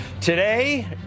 Today